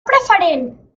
preferent